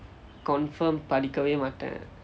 confirm படிக்கவே மாட்டேன்:padikkave maatten